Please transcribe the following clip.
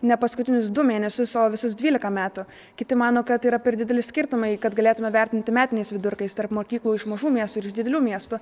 ne paskutinius du mėnesius o visus dvylika metų kiti mano kad yra per dideli skirtumai kad galėtume vertinti metiniais vidurkiais tarp mokyklų iš mažų miestų ir iš didelių miestų